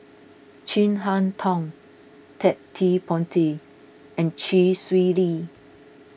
Chin Harn Tong Ted De Ponti and Chee Swee Lee